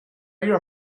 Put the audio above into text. your